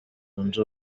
zunze